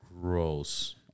gross